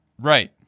Right